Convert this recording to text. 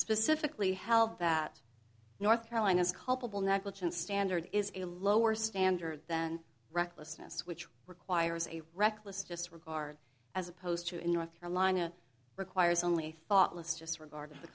specifically held that north carolina's culpable negligence standard is a lower standard than recklessness which requires a reckless disregard as opposed to in north carolina requires only thoughtless just regarding the